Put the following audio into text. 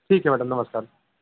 ठीक है मैडम नमस्कार